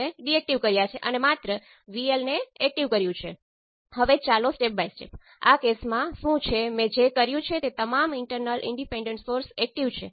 V1 અને V2 દરેક કેસ માટે માપવા તમને 4 ઇક્વેશન મળશે અને તે છે